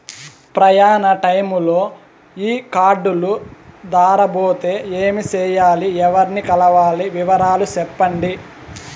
ప్రయాణ టైములో ఈ కార్డులు దారబోతే ఏమి సెయ్యాలి? ఎవర్ని కలవాలి? వివరాలు సెప్పండి?